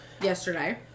yesterday